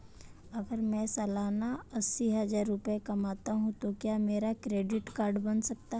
अगर मैं सालाना अस्सी हज़ार रुपये कमाता हूं तो क्या मेरा क्रेडिट कार्ड बन सकता है?